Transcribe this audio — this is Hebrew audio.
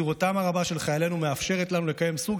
מסירותם הרבה של חיילינו מאפשרת להם לקיים סוג